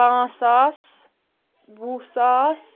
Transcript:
پانژھ ساس وُہ ساس